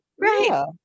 Right